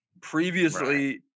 Previously